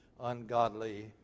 ungodly